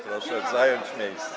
Proszę zająć miejsce.